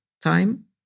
time